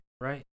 right